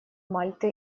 мальты